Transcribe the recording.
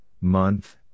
month